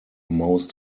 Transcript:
most